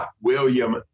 William